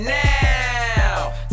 now